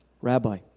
Rabbi